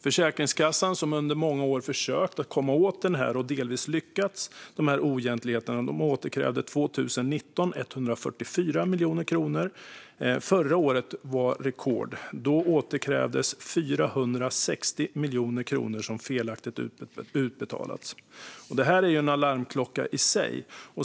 Försäkringskassan, som under många år försökt komma åt oegentligheterna och delvis lyckats, återkrävde 144 miljoner kronor 2019. Förra året var ett rekordår - då återkrävdes 460 miljoner kronor som felaktigt utbetalats. Det här är ju en varningsklocka i sig.